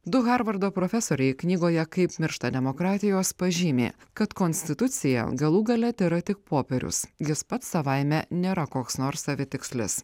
du harvardo profesoriai knygoje kaip miršta demokratijos pažymi kad konstitucija galų gale tėra tik popierius jis pats savaime nėra koks nors savitikslis